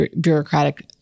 bureaucratic